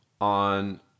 on